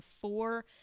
four